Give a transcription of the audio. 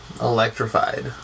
Electrified